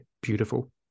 beautiful